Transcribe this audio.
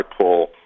pull